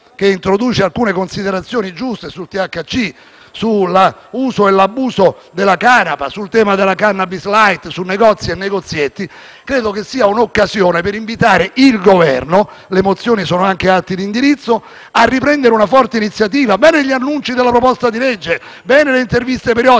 che introduce alcune considerazioni giuste sul THC, sull'uso e sull'abuso della canapa, sul tema della *cannabis light*, su negozi e negozietti, credo che sia un'occasione per invitare il Governo (le mozioni sono anche atti d'indirizzo) a riprendere una forte iniziativa. Vanno bene gli annunci di una proposta di legge e le interviste periodiche,